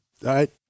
right